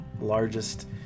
largest